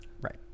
Right